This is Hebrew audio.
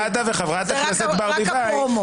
חבר הכנסת סעדה וחברת הכנסת ברביבאי.